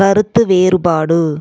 கருத்து வேறுபாடு